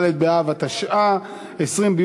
ד' באב התשע"ה,